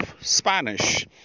Spanish